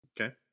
Okay